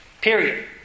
Period